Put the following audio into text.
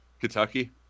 Kentucky